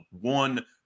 one